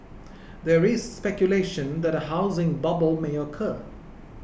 there is speculation that a housing bubble may occur